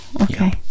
okay